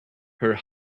her